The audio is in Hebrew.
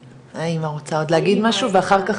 האמא רוצה עוד להגיד משהו ואחר כך